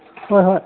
ꯍꯣꯏ ꯍꯣꯏ